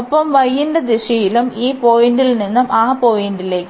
ഒപ്പം y ന്റെ ദിശയിലും ഈ പോയിന്റിൽനിന്ന് ആ പോയിന്റിലേക്ക്